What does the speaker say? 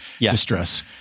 distress